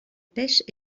pêche